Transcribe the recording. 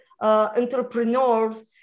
entrepreneurs